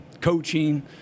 coaching